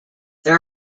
there